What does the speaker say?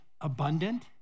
abundant